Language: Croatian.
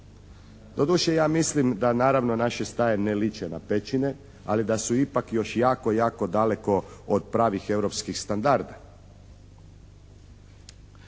Doduše ja mislim da naravno naše staje ne liče na pećine, ali da su ipak još jako, jako daleko od pravih europskih standarda.